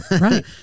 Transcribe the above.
Right